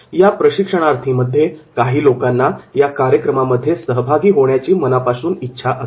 या प्रशिक्षणार्थीमध्ये काही लोकांना या कार्यक्रमामध्ये सहभाग होण्याची मनापासून इच्छा असते